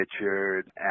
Richard